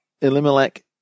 Elimelech